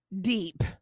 deep